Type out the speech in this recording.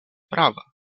prava